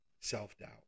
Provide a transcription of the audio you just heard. self-doubt